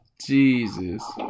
Jesus